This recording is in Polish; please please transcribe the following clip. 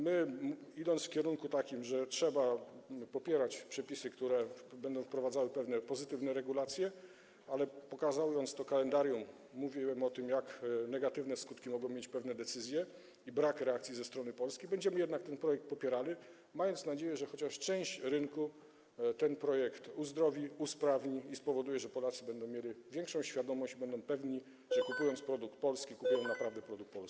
My, idąc w kierunku takim, że trzeba popierać przepisy, które będą wprowadzały pewne pozytywne regulacje - ale pokazując to kalendarium, bo mówiłem o tym, jak negatywne skutki mogą mieć pewne decyzje i brak reakcji ze strony Polski - będziemy ten projekt popierali, mając nadzieję, że chociaż część rynku on uzdrowi, usprawni i spowoduje, że Polacy będą mieli większą świadomość i pewność, że kupując polski produkt, naprawdę kupują polski produkt.